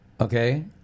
Okay